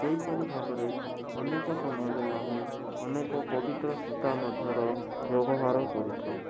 ସେହିପରି ଭାବରେ ଅନେକ ସମୟରେ ଆମେ ଅନେକ ପବିତ୍ର ସୂତା ମଧ୍ୟର ବ୍ୟବହାର କରିଥାଉ